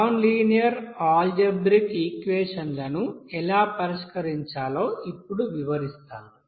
non linear algebraic equation లను ఎలా పరిష్కరించాలో ఇప్పుడు వివరిస్తాము